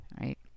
right